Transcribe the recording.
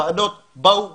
ועדות באו והלכו,